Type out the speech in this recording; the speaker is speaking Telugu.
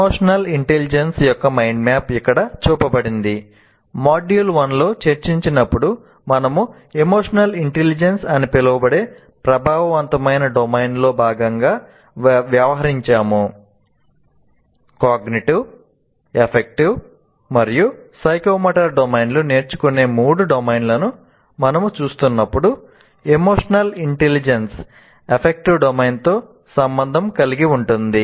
ఎమోషనల్ ఇంటెలిజెన్స్ డొమైన్ తో సంబంధం కలిగి ఉంటుంది